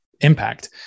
impact